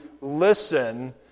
listen